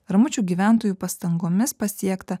ramučių gyventojų pastangomis pasiekta